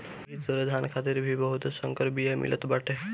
एही तरहे धान खातिर भी बहुते संकर बिया मिलत बाटे